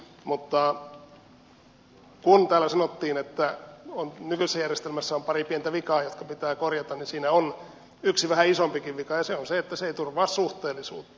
mutta kun täällä sanottiin että nykyisessä järjestelmässä on pari pientä vikaa jotka pitää korjata niin siinä on yksi vähän isompikin vika ja se on se että se ei turvaa suhteellisuutta